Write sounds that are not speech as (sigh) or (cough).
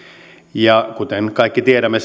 ja kuten kaikki tiedämme (unintelligible)